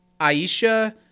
Aisha